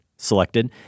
Selected